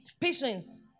patience